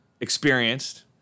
experienced